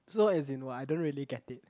so as in what I don't really get it